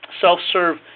self-serve